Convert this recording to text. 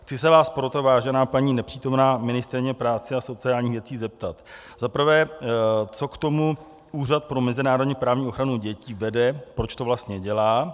Chci se vás proto, vážená nepřítomná paní ministryně práce a sociálních věcí, zeptat za prvé, co k tomu Úřad pro mezinárodněprávní ochranu dětí vede, proč to vlastně dělá?